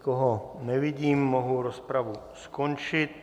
Nikoho nevidím, mohu rozpravu skončit.